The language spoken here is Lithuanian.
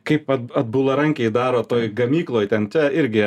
kaip at atbularankiai daro toje gamykloj ten irgi